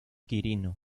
quirino